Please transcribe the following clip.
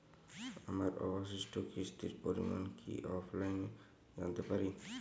আমার অবশিষ্ট কিস্তির পরিমাণ কি অফলাইনে জানতে পারি?